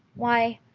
why,